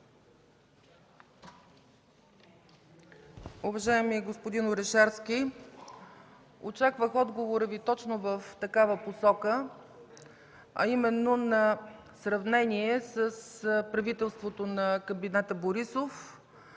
Уважаеми господин Орешарски, очаквах отговора Ви точно в такава посока, а именно на сравнение с правителството на кабинета Борисов